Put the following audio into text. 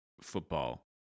football